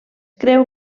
creu